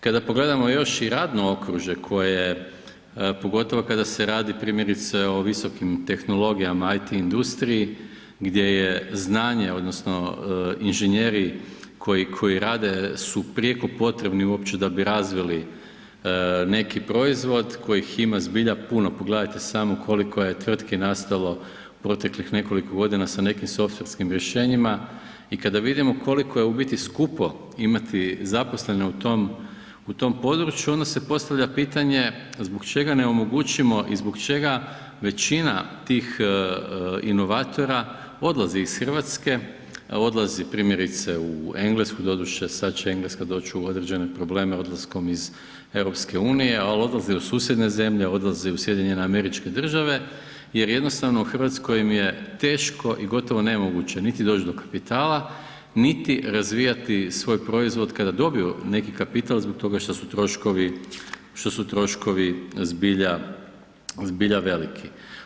Kada pogledamo još i radno okružje koje pogotovo kada se radi primjerice o visokim tehnologijama, IT industriji, gdje je znanje, odnosno inženjeri koji rade su prijeko potrebni uopće da bi razvili neki proizvod kojih ima zbilja puno, pogledajte samo koliko je tvrtki nastalo u proteklih nekoliko godina sa nekim softverskim rješenjima i kada vidimo koliko je u biti skupo imati zaposlene u tom području onda se postavlja pitanje zbog čega ne omogućimo i zbog čega većina tih inovatora odlazi iz Hrvatske, odlazi primjerice u Englesku, doduše, sada će Engleska doći u određene probleme odlaskom iz EU, ali odlazi u susjedne zemlje, odlazi u SAD, jer jednostavno u Hrvatskoj im je teško i gotovo nemoguće niti doći do kapitala niti razvijati svoj proizvod kada dobiju neki kapital zbog toga što su troškovi, što su troškovi zbilja veliki.